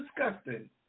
disgusting